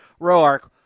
Roark